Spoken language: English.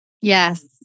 Yes